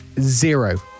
zero